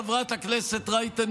חברת הכנסת רייטן,